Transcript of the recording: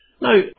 Now